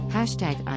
Hashtag